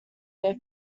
their